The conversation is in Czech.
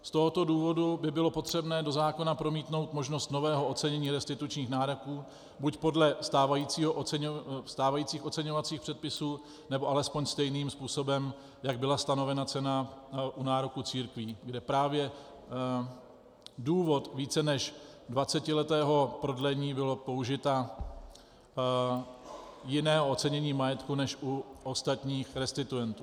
Z tohoto důvodu by bylo potřebné do zákona promítnout možnost nového ocenění restitučních nároků buď podle stávajících oceňovacích předpisů, nebo alespoň stejným způsobem, jak byla stanovena cena u nároku církví, kde právě z důvodu více než dvacetiletého prodlení bylo použito jiné ocenění majetku než u ostatních restituentů.